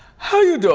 how you doin'?